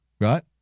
right